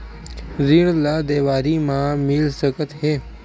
ऋण ला देवारी मा मिल सकत हे